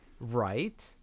right